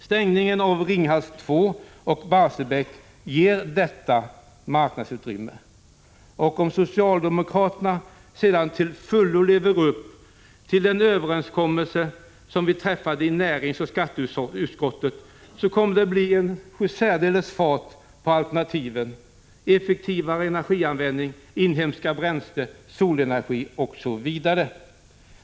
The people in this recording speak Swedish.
Stängningen av Ringhals 2 och Barsebäck ger ett sådant marknadsutrymme. Om socialdemokraterna sedan till fullo lever upp till den överenskommelse som träffats i näringsoch skatteutskotten, då kommer det att bli en sjusärdeles fart på alternativen, dvs. effektivare energianvändning och användning av inhemska bränslen, solenergi osv.